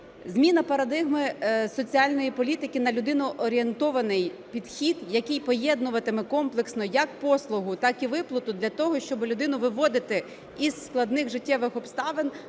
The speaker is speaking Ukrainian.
Зміна парадигми соціальної політики на людино-орієнтований підхід, який поєднуватиме комплексно, як послугу так і виплату для того, щоб людину виводити із складних життєвих обставин,